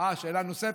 שאלה נוספת?